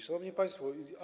Szanowni Państwo!